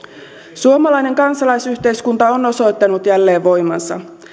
suomalainen kansalaisyhteiskunta on osoittanut jälleen voimansa